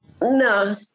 no